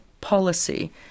policy